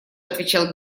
отвечал